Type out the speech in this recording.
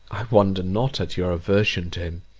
wonder not at your aversion to him.